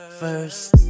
first